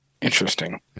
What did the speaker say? Interesting